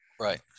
right